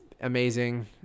amazing